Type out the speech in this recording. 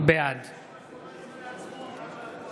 בעד